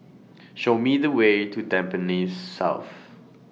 Show Me The Way to Tampines South